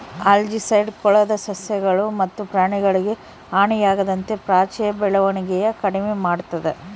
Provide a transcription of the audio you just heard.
algicide ಕೊಳದ ಸಸ್ಯಗಳು ಮತ್ತು ಪ್ರಾಣಿಗಳಿಗೆ ಹಾನಿಯಾಗದಂತೆ ಪಾಚಿಯ ಬೆಳವಣಿಗೆನ ಕಡಿಮೆ ಮಾಡ್ತದ